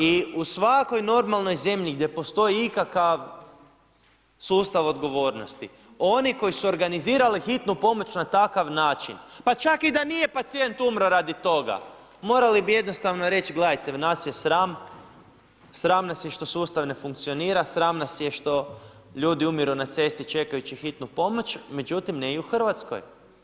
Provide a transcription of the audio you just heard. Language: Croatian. I u svakoj normalnoj zemlji gdje postoji ikakav sustav odgovornosti oni koji su organizirali hitnu pomoć na takav način pa čak i da nije pacijent umro radi toga, morali bi jednostavno reći, gledajte, nas je sram, sram nas je što sustav ne funkcionira, sram nas je što ljudi umiru na cesti čekajući hitnu pomoć, međutim ne i u Hrvatskoj.